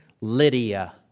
Lydia